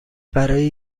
برای